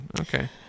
Okay